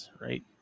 right